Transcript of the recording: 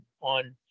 on